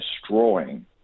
destroying